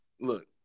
look